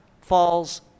falls